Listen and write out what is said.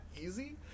easy